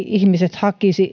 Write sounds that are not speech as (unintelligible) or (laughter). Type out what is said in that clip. (unintelligible) ihmiset eivät hakisi